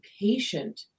patient